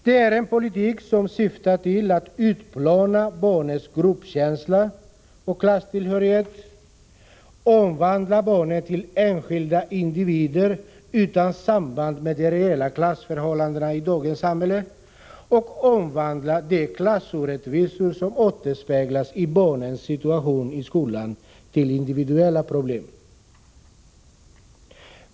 Det är en politik som syftar till att utplåna barnets 28 LG 1985 gruppkänsla och klasstillhörighet, omvandla barnen till enskilda individer utan samband med de reella klassförhållandena i dagens samhälle och lg £; FR M Hemspråksunderomvandla de klassorättvisor som återspeglas i barnens situation i skolan till lg § UNGA 3 visningen i grundindividuella problem.